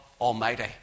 Almighty